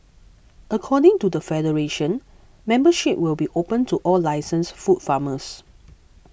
according to the federation membership will be opened to all licensed food farmers